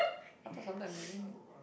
I thought sometimes you drink it